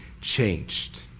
changed